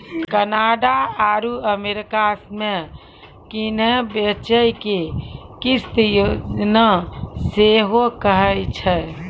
Canada आरु America मे किनै बेचै के किस्त योजना सेहो कहै छै